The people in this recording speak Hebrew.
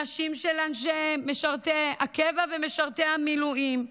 נשים של אנשי משרתי הקבע ומשרתי המילואים,